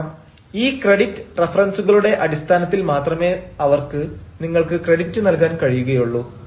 കാരണം ഈ ക്രെഡിറ്റ് റഫറൻസുകളുടെ അടിസ്ഥാനത്തിൽ മാത്രമേ അവർക്ക് നിങ്ങൾക്ക് ക്രെഡിറ്റ് നൽകാൻ കഴിയുകയുള്ളൂ